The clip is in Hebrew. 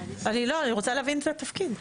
לא, אני רוצה להבין את התפקיד.